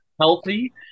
healthy